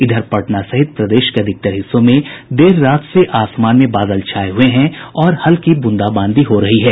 इधर पटना सहित प्रदेश के अधिकतर हिस्सों में देर रात से आसमान में बादल छाये हुए हैं और हल्की ब्रूंदाबादी हो रही है